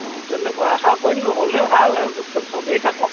অঁ তেনেকুৱা আশা কৰিম নহ'লে ভাল আৰু চবেই থাকক